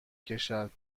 کشد